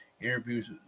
interviews